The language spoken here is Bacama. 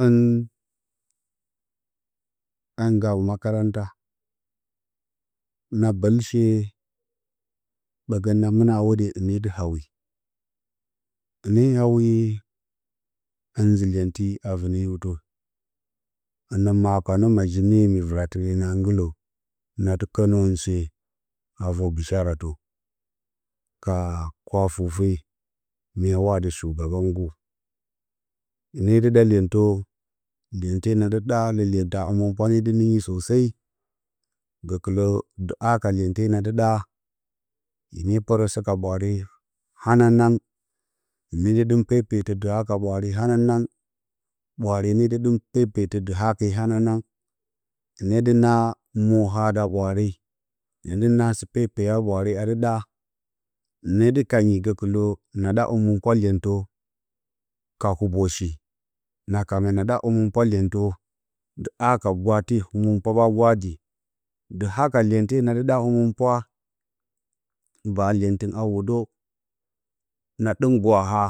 Hɨ hɨ makaranta na bəlshe ɓəgən na mɨna a hwoɗe hɨne dɨ hawi hɨne hawi hɨn nzɨ iyenti a vənə lywutə hɨnə makpanə majina mi-vəra tɨ denə a gələ na dɨ kənərən she a və bishara hɨnə dɨ ɗa iyentə iyente na dɨ ɗa lə iyenta həmonpwa ne dɨ nɨngi sosai gəkələ də haka iyente na də ɗa hɨne pərəsə ka ɓwaare hananang hɨne dɨ ɗɨm pepetə dɨ haka ɓwaare hananang ɓwaare ne dɨ dɨm pepetə də haka hananang hɨnə dɨ naa moha da ɓwaare hɨne naa sɨ pepeya ɓwaare a dɨ ɗa hɨne dɨ kangi gəkələ na da həmənpwa iyentə ka huboshi na kangə na ɗa hataurnmənpwa iyentə dɨ haka gwate həmənpwa ɓa gwadi di aka iyente na dɨ ɗa həməpwa ba iyentɨngɨn a wudə na ɗɨm gwaha